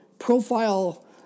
profile